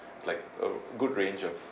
like a good range of